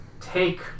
take